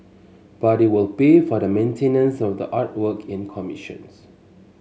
but it will pay for the maintenance of the artwork it commissions